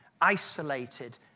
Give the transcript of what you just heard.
isolated